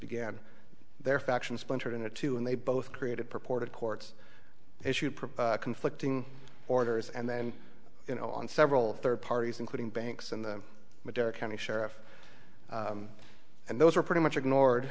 began their factions splintered into two and they both created purported courts issued conflicting orders and then you know on several third parties including banks in the madeira county sheriff and those were pretty much ignored